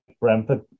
Brentford